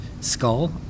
skull